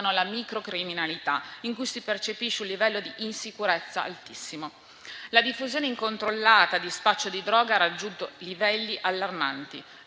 alla microcriminalità, in cui si percepisce un livello di insicurezza altissimo. La diffusione incontrollata di spaccio di droga ha raggiunto livelli allarmanti.